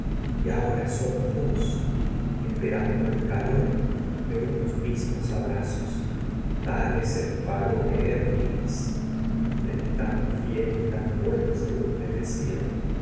y mismos ahora dos el esperando pago el calor de unos abrazos tal es que hércules el tan fiel y tan en bueno de los según me decían